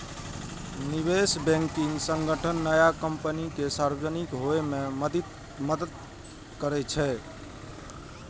निवेश बैंकिंग संगठन नया कंपनी कें सार्वजनिक होइ मे मदति करै छै